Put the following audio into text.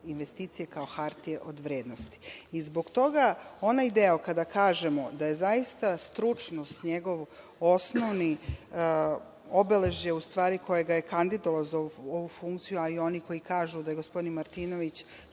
investicije kao hartije od vrednosti. Zbog toga onaj deo kada kažemo da je zaista stručnost njegov osnovno obeležje, u stvari, koje ga je kandidovalo za ovu funkciju, a oni koji kažu da je gospodin Martinović